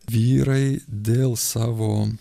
vyrai dėl savo